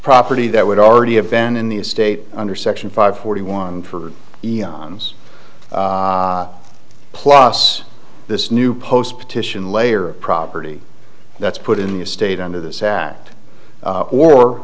property that would already have been in the estate under section five forty one for iams plus this new post petition layer of property that's put in your state under this act